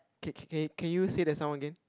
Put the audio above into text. K K K can you say that sound again